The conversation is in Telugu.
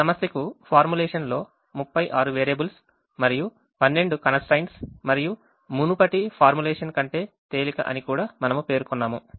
ఈ సమస్యకు ఫార్ములేషన్ లో 36 వేరియబుల్స్ మరియు 12 constraints మరియు మునుపటి ఫార్ములేషన్ కంటే తేలిక అని కూడా మనము పేర్కొన్నాము